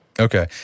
Okay